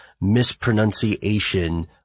mispronunciation